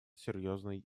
серьезной